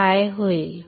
काय होईल